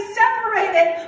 separated